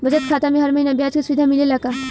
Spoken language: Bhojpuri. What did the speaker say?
बचत खाता में हर महिना ब्याज के सुविधा मिलेला का?